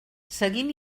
seguint